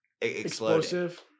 explosive